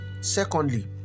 Secondly